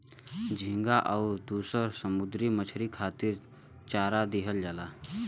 झींगा आउर दुसर समुंदरी मछरी खातिर चारा दिहल जाला